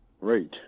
Right